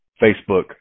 Facebook